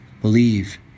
Believe